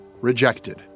rejected